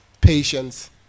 Patience